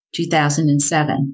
2007